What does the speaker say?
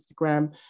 Instagram